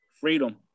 freedom